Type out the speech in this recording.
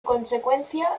consecuencia